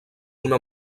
una